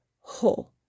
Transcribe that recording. ho